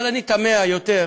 אבל אני תמה יותר,